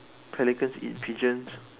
pelicans eats pigeons